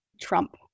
trump